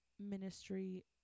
ministry